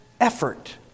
effort